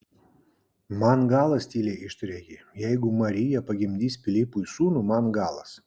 man galas tyliai ištarė ji jeigu marija pagimdys pilypui sūnų man galas